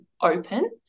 open